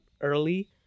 early